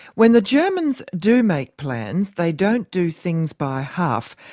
when the germans do make plans, they don't do things by half.